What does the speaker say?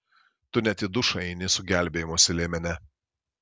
tu net į dušą eini su gelbėjimosi liemene